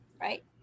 right